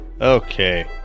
Okay